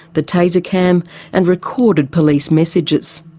the taser cam and recorded police messages.